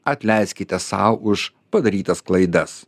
atleiskite sau už padarytas klaidas